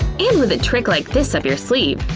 and with a trick like this up your sleeve,